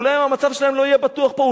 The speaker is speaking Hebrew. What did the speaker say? אולי אם המצב שלהם לא יהיה בטוח פה,